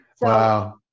Wow